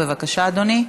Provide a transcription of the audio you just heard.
בבקשה, אדוני.